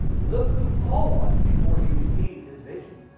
look who paul was before he received his vision.